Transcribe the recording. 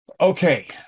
Okay